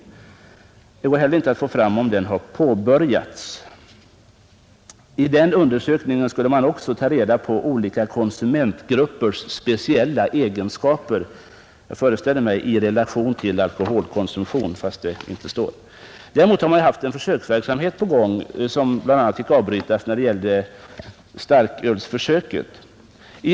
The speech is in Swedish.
Inte heller beträffande denna undersökning går det att få fram några uppgifter huruvida den har påbörjats. I den undersökningen skulle olika konsumentgruppers speciella egenskaper kartläggas — jag föreställer mig i vad det avser alkoholkonsumtionen, trots att det inte direkt anges. Man har också bedrivit en försöksverksamhet beträffande fri starkölsförsäljning, vilken emellertid som bekant måste avbrytas.